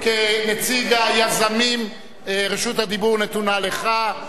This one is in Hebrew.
אתה וראש הממשלה התנגדתם, מה אתה עובד עליהם?